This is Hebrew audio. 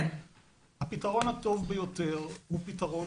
הפתרון הטוב ביותר הוא הפתרון